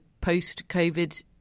post-COVID